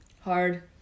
hard